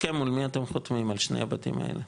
אבל ההסכם, מול מי אתם חותמים, על שני הבתים האלה?